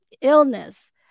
illness